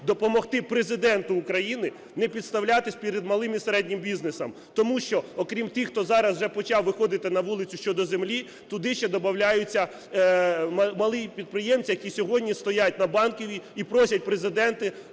допомогти Президенту України не підставлятись перед малим і середнім бізнесом, тому що, окрім тих, хто зараз вже почав виходити щодо землі, туди ще добавляються малі підприємці, які сьогодні стоять на Банковій і просять Президента